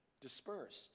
dispersed